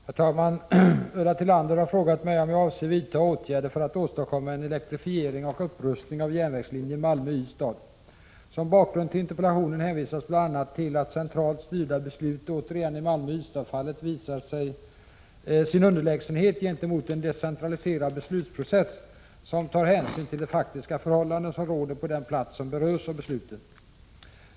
Herr talman! Ulla Tillander har frågat mig om jag avser vidta åtgärder för att åstadkomma en elektrifiering och upprustning av järnvägslinjen Malmö Ystad. Som bakgrund till interpellationen hänvisas bl.a. till att centralt styrda beslut återigen i Malmö-Ystad-fallet visar sin underlägsenhet gentemot en decentraliserad beslutsprocess som tar hänsyn till de faktiska förhållanden som råder på den plats som berörs av besluten.